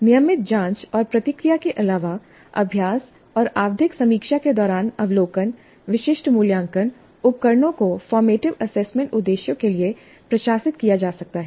नियमित जांच और प्रतिक्रिया के अलावा अभ्यास और आवधिक समीक्षा के दौरान अवलोकन विशिष्ट मूल्यांकन उपकरणों को फॉर्मेटिव एसेसमेंट उद्देश्यों के लिए प्रशासित किया जा सकता है